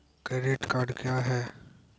Credit card क्या हैं?